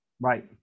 Right